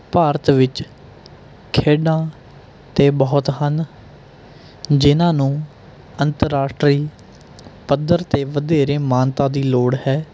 ਭਾਰਤ ਵਿੱਚ ਖੇਡਾਂ ਤਾਂ ਬਹੁਤ ਹਨ ਜਿਨ੍ਹਾਂ ਨੂੰ ਅੰਤਰਰਾਸ਼ਟਰੀ ਪੱਧਰ 'ਤੇ ਵਧੇਰੇ ਮਾਨਤਾ ਦੀ ਲੋੜ ਹੈ